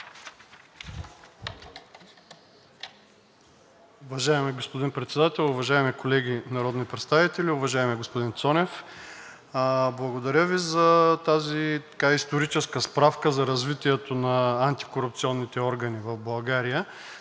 Уважаеми господин Председател, уважаеми колеги народни представители! Уважаеми господин Цонев, благодаря Ви за тази историческа справка за развитието на антикорупционните органи в България.